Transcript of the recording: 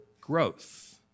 growth